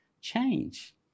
change